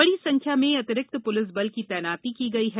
बड़ी संख्या में अतिरिक्त पुलिस बल की तैनाती की गई है